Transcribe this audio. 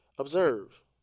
Observe